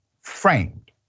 framed